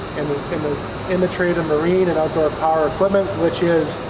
and in the trade of marine and outdoor power equipment which is